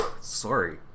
sorry